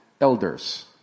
elders